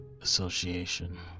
Association